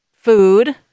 food